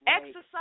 Exercise